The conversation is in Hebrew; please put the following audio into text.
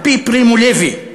על-פי פרימו לוי,